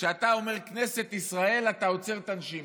שבהם כשאתה אומר "כנסת ישראל" אתה עוצר את הנשימה,